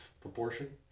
proportion